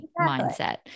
mindset